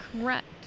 Correct